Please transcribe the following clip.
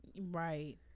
right